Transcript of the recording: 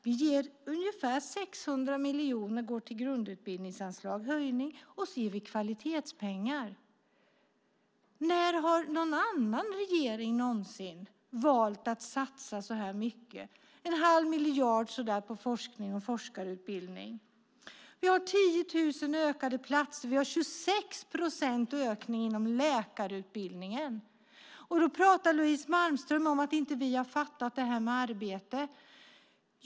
Vi ger ungefär 600 miljoner till grundutbildningsanslagen i en höjning. Vi ger också kvalitetspengar. När har någon annan regering någonsin valt att satsa så mycket - så där en halv miljard på forskning och forskarutbildning? Vi har 10 000 fler platser. Vi har 26 procents ökning inom läkarutbildningen. Louise Malmström talar om att vi inte har fattat det här med arbete.